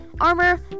armor